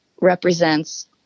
represents